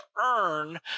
earn